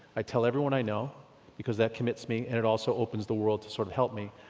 i tell everyone i know because that commits me and it also opens the world to sort of help me.